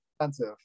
expensive